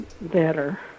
better